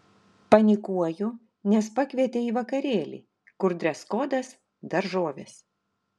panikuoju nes pakvietė į vakarėlį kur dreskodas daržovės